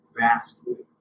vastly